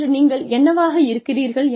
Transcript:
இன்று நீங்கள் என்னவாக இருக்கிறீர்கள்